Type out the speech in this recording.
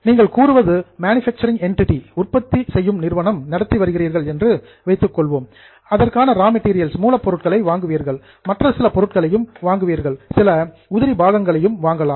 நீங்கள் கூறுவது manufacturing entity உற்பத்தி நிறுவனம் நடத்தி வருகிறீர்கள் என்று வைத்துக்கொள்வோம் அதற்கான ரா மெட்டீரியல் மூலப் பொருட்களை வாங்குவீர்கள் மற்ற சில பொருட்களையும் வாங்குவீர்கள் சில ஸ்பேர் பார்ட்ஸ் உதிரி பாகங்களையும் வாங்கலாம்